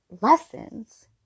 lessons